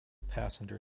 passenger